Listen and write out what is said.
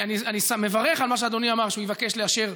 אני מברך על מה שאדוני אמר שהוא יבקש לאשר.